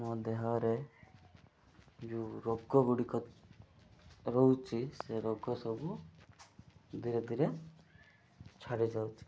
ଆମ ଦେହରେ ଯେଉଁ ରୋଗ ଗୁଡ଼ିକ ରହୁଛି ସେ ରୋଗ ସବୁ ଧୀରେ ଧୀରେ ଛାଡ଼ିଯାଉଛି